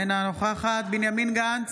אינה נוכחת בנימין גנץ,